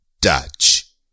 Dutch